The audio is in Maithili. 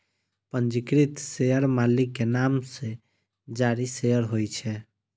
पंजीकृत शेयर मालिक के नाम सं जारी शेयर होइ छै